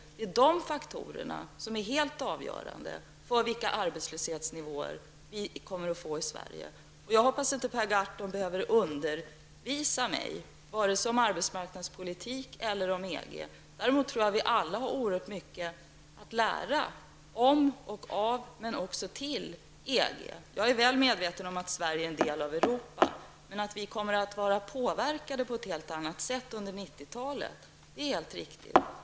Det är dessa faktorer som är helt avgörande för vilka arbetslöshetsnivåer vi kommer att få i Sverige. Jag hoppas att Per Gahrton inte behöver undervisa mig vare sig om arbetsmarknadspolitik eller om EG. Däremot tror jag att vi alla har oerhört mycket att lära om och av EG men också lära ut till EG. Jag är väl medveten om att Sverige är en del av Europa. Men att vi kommer att vara påverkade på ett helt annat sätt under 90-talet, det är helt riktigt.